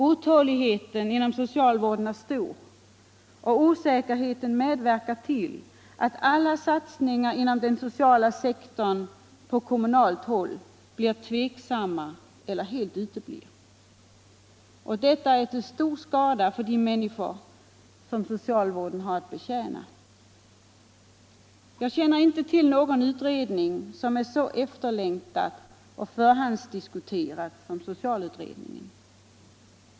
Otåligheten inom socialvården är stor och osäkerheten medverkar till att alla satsningar inom den sociala sektorn på kommunalt håll blir tveksamma eller helt uteblir. Detta är till stor skada för de människor som Allmänpolitisk debatt Allmänpolitisk debatt socialvården har att betjäna. Jag känner inte till någon utredning som är så efterlängtad och förhandsdiskuterad som socialutredningen.